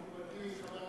מכובדי חבר הכנסת כבל,